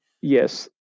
yes